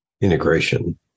integration